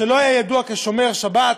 שלא היה ידוע כשומר שבת,